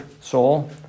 soul